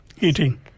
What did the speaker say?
Eating